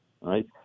right